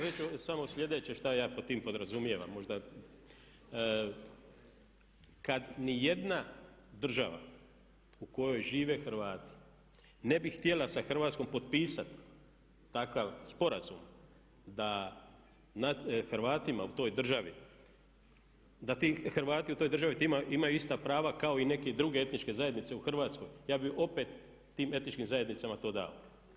Reći ću samo sljedeće što ja pod tim podrazumijevam, možda, kad niti jedna država u kojoj žive Hrvati ne bi htjela sa Hrvatskom potpisati takav sporazum da Hrvatima u toj državi, da ti Hrvati u toj državi imaju ista prava kao i neke druge etničke zajednice u Hrvatskoj ja bih opet tim etičkim zajednicama to dao.